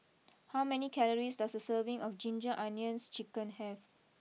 how many calories does a serving of Ginger Onions Chicken have